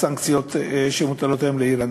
בסנקציות שמוטלות היום על איראן.